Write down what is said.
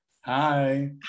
Hi